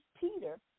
Peter